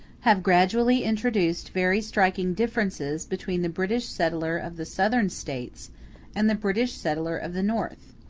have gradually introduced very striking differences between the british settler of the southern states and the british settler of the north.